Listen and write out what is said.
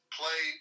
play